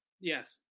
Yes